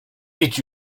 idź